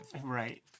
right